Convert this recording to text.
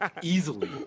Easily